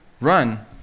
run